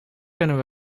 kunnen